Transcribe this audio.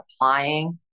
applying